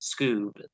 Scoob